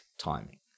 timing